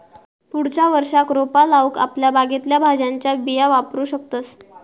पुढच्या वर्षाक रोपा लाऊक आपल्या बागेतल्या भाज्यांच्या बिया वापरू शकतंस